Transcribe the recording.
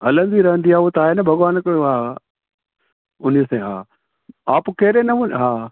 हा हलंदी रहंदी आहे उहा त आहे न भॻवानु कयो आहे हा उन्हीअ ते हा आ पोइ कहिड़े नमूने हा